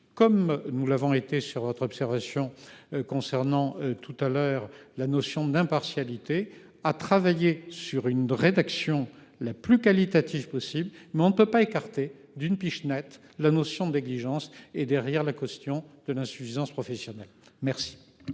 comme nous l'avons été sur autre observation concernant tout à l'heure la notion d'impartialité a travaillé sur une rédaction la plus qualitatif possible mais on ne peut pas écarté d'une pichenette. La notion de négligence et derrière la question de l'insuffisance professionnelle. Merci.